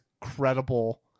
credible